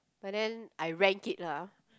but then I rank it lah